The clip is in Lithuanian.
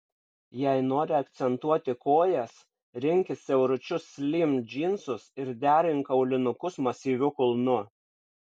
jei nori akcentuoti kojas rinkis siauručius slim džinsus ir derink aulinukus masyviu kulnu